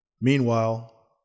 Meanwhile